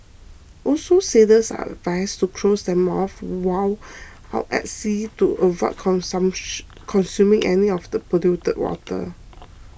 also sailors are advised to close their mouths while out at sea to avoid consuming any of the polluted water